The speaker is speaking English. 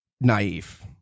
naive